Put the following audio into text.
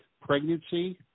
pregnancy